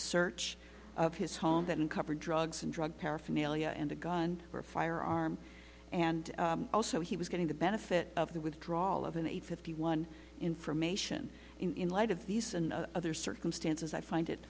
search of his home and cover drugs and drug paraphernalia and a gun or a firearm and also he was getting the benefit of the withdrawal of an eight fifty one information in light of these other circumstances i find it